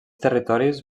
territoris